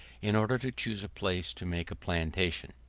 in order to choose a place to make a plantation